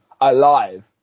alive